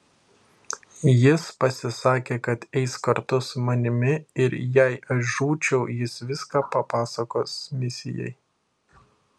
jis pasisakė kad eis kartu su manimi ir jei aš žūčiau jis viską papasakos misijai